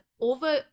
over